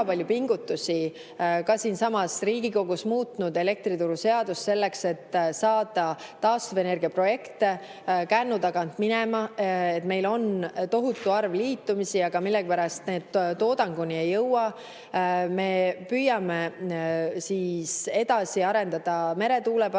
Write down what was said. ka siinsamas Riigikogus muutnud elektrituruseadust selleks, et saada taastuvenergia projekte kännu tagant [lahti]. Meil on tohutu arv liitumisi, aga millegipärast need toodanguni ei jõua. Me püüame edasi arendada meretuuleparke,